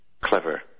clever